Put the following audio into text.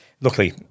luckily